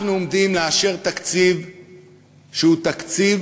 אנחנו עומדים לאשר תקציב שהוא תקציב